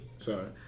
sorry